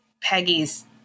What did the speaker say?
Peggy's